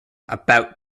about